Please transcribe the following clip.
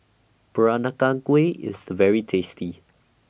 Peranakan Kueh IS very tasty